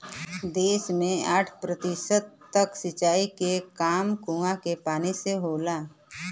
देस में साठ प्रतिशत तक सिंचाई के काम कूंआ के पानी से होला